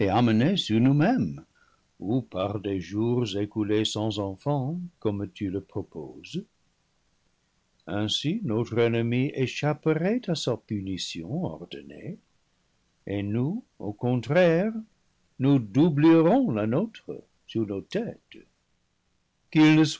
amenée sur nous-mêmes ou par des jours écoulés sans enfants comme tu le proposes ainsi notre ennemi échapperait à sa punition ordonnée et nous au contraire nous doublerions la nôtre sur nos têtes qu'il